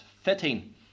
fitting